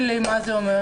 אז זה לא רלוונטי לדיון.